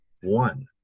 one